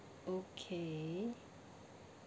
okay